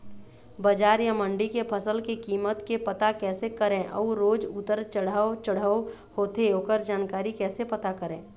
बजार या मंडी के फसल के कीमत के पता कैसे करें अऊ रोज उतर चढ़व चढ़व होथे ओकर जानकारी कैसे पता करें?